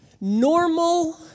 Normal